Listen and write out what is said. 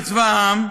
כצבא העם,